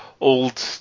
old